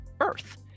Earth